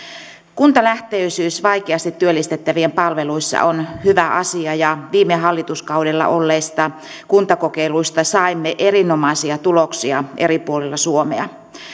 kuntalähtöisyys vaikeasti työllistettävien palveluissa on hyvä asia ja viime hallituskaudella olleista kuntakokeiluista saimme erinomaisia tuloksia eri puolilla suomea